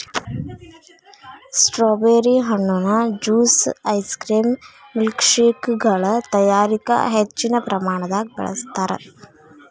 strawberry ಹಣ್ಣುನ juice ice cream ಮಿಲ್ಕ್ಶೇಕಗಳ ತಯಾರಿಕ ಹೆಚ್ಚಿನ ಪ್ರಮಾಣದಾಗ ಬಳಸ್ತಾರ್